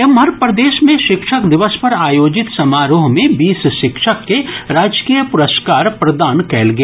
एम्हर प्रदेश मे शिक्षक दिवस पर आयोजित समारोह मे बीस शिक्षक के राजकीय पुरस्कार प्रदान कयल गेल